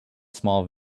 small